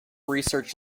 research